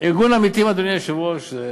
ארגון "עמיתים", אדוני היושב-ראש, הוא